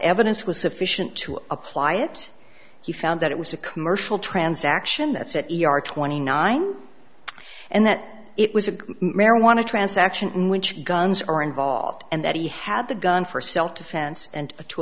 evidence was sufficient to apply it he found that it was a commercial transaction that said e r twenty nine and that it was a marijuana transaction in which guns are involved and that he had the gun for self defense and a to